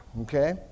Okay